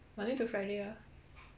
monday to friday ah